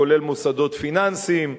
כולל מוסדות פיננסיים,